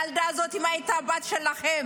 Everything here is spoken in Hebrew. אם הילדה הזאת הייתה הבת שלכם,